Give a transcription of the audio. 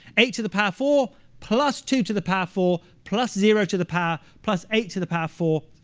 eight to the power four plus two to the power four plus zero to the power plus eight to the power four.